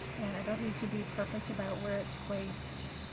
and i don't need to be perfect about where it's placed.